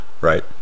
right